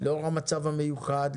לאור המצב המיוחד,